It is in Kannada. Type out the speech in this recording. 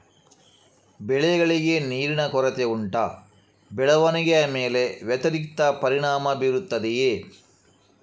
ಬೆಳೆಗಳಿಗೆ ನೀರಿನ ಕೊರತೆ ಉಂಟಾ ಬೆಳವಣಿಗೆಯ ಮೇಲೆ ವ್ಯತಿರಿಕ್ತ ಪರಿಣಾಮಬೀರುತ್ತದೆಯೇ?